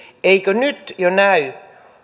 eivätkö nyt jo näy